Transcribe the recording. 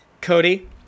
Cody